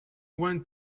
went